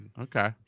Okay